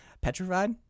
Petrified